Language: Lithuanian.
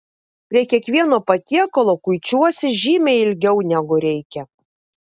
prie kiekvieno patiekalo kuičiuosi žymiai ilgiau negu reikia